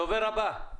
הדובר הבא.